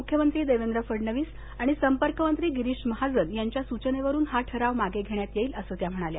मुख्यमंत्री देवेंद्र फडणवीस आणि संपर्क मंत्री गिरीश महाजन यांच्या सूचनेवरून हा ठराव मागे घेण्यात येईल असं त्या म्हणाल्या